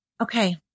Okay